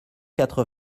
quatre